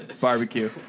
barbecue